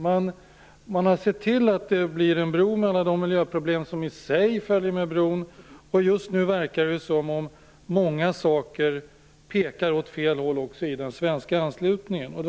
Man har sett till att det blir en bro, med alla de miljöproblem som i sig följer med en sådan, och just nu verkar det som om många saker pekar åt fel håll också i den svenska anslutningen.